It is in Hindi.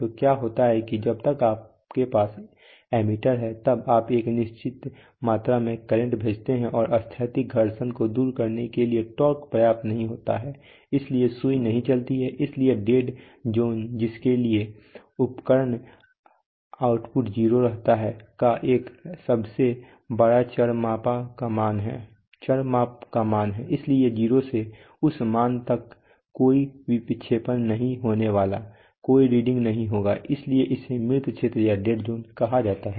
तो क्या होता है कि जब तक आपके पास एमीटर है तब आप एक निश्चित मात्रा में करंट भेजते हैं और स्थैतिक घर्षण को दूर करने के लिए टॉर्क पर्याप्त नहीं होता है इसलिए सुई नहीं चलती है इसलिए डेड ज़ोन जिसके लिए उपकरण आउटपुट 0 रहता है का एक सबसे बड़ा चर माप का मान है इसलिए 0 से उस मान तक कोई विक्षेपण नहीं होने वाला है कोई रीडिंग नहीं होगा इसलिए इसे मृत क्षेत्र कहा जाता है